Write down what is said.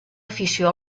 afició